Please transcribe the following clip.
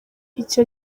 icyo